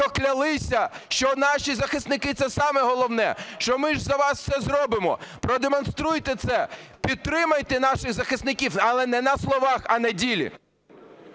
хто клялися, що наші захисники – це саме головне, що ми ж для вас все зробимо. Продемонструйте це: підтримайте наших захисників, але не на словах, а на ділі!